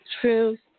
truth